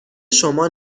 شما